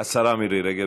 השרה מירי רגב,